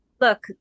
Look